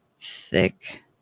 thick